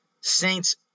Saints